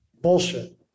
bullshit